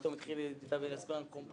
פתאום התחיל לדבר על קומפוזיציות,